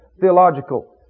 theological